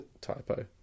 Typo